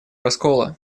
раскола